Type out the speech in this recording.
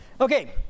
Okay